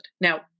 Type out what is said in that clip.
Now